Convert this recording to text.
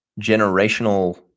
generational